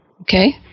Okay